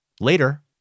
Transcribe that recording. later